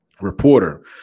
reporter